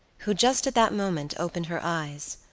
who just at that moment opened her eyes.